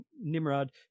Nimrod